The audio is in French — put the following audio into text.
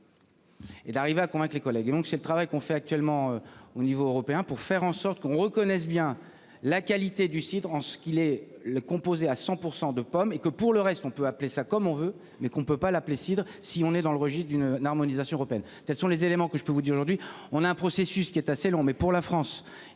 Et d'arriver à vaincre les collègues et donc c'est le travail qu'on fait actuellement au niveau européen pour faire en sorte qu'on reconnaisse bien la qualité du site en ce qu'il est le composé à 100% de pommes et que pour le reste, on peut appeler ça comme on veut mais qu'on ne peut pas l'appeler cidre si on est dans le registre d'une harmonisation européenne. Tels sont les éléments que je peux vous dire aujourd'hui,